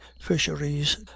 fisheries